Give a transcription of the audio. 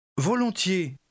Volontiers